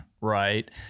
right